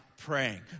praying